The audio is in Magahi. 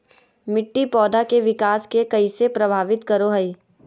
मिट्टी पौधा के विकास के कइसे प्रभावित करो हइ?